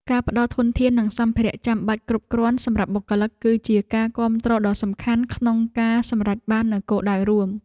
ការផ្តល់ធនធាននិងសម្ភារៈចាំបាច់គ្រប់គ្រាន់សម្រាប់បុគ្គលិក គឺជាការគាំទ្រដ៏សំខាន់ក្នុងការសម្រេចបាននូវគោលដៅរួម។